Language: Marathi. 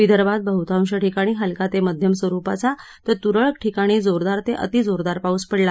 विदर्भात बहुतांश ठिकाणी हलका ते मध्यम स्वरुपाचा तर तुरळक ठिकाणी जोरदार ते अतिजोरदार पाऊस पडला